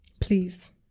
please